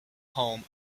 home